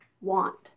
want